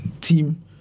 team